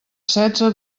setze